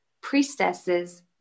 priestesses